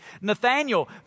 Nathaniel